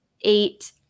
eight